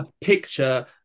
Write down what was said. picture